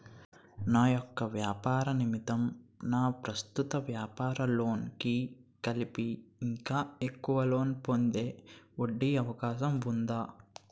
నా యెక్క వ్యాపార నిమిత్తం నా ప్రస్తుత వ్యాపార లోన్ కి కలిపి ఇంకా ఎక్కువ లోన్ పొందే ఒ.డి అవకాశం ఉందా?